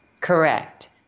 correct